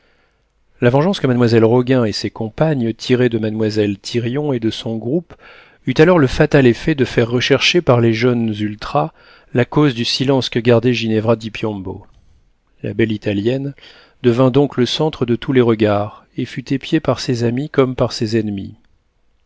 la vengeance que mademoiselle roguin et ses compagnes tiraient de mademoiselle thirion et de son groupe eut alors le fatal effet de faire rechercher par les jeunes ultras la cause du silence que gardait ginevra di piombo la belle italienne devint donc le centre de tous les regards et fut épiée par ses amies comme par ses ennemies